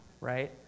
right